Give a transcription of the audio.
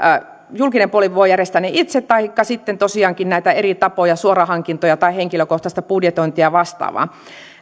julkinen puoli voi järjestää ne itse taikka sitten tosiaankin on näitä eri tapoja suorahankintoja tai henkilökohtaista budjetointia ja vastaavaa